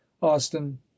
austin